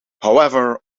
however